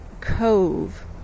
cove